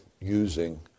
using